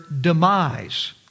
demise